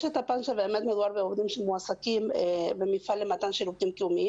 יש את הפן שבאמת מדובר בעובדים שמועסקים במפעל למתן שירותים קיומיים